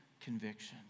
convictions